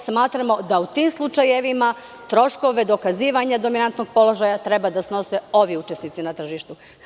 Smatramo da u tim slučajevima troškove dokazivanja dominantnog položaja treba da snose ovi učesnici na tržištu.